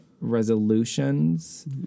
resolutions